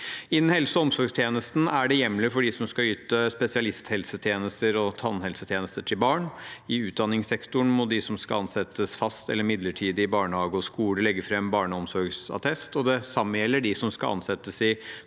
Innen helse- og omsorgstjenesten er det hjemler for dem som skal yte spesialisthelsetjenester og tannhelsetjenester til barn. I utdanningssektoren må de som skal ansettes fast eller midlertidig i barnehage og skole, legge fram barneomsorgsattest, og det samme gjelder de som skal ansettes i